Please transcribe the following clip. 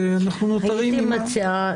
כי אנחנו נותרים עם --- הייתי מציעה